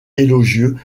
élogieux